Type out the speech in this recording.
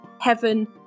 heaven